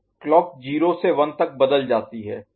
clock 0 से 1 तक बदल जाती है